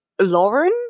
Lauren